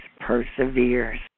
perseveres